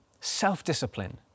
self-discipline